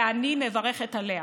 ואני מברכת עליה.